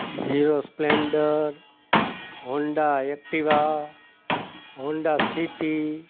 hero Splendor Honda Activa Honda city